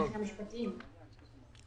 חייבים לשאול את המנכ"ל, הוא הגורם המוסמך.